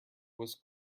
was